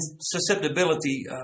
susceptibility